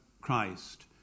Christ